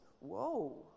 Whoa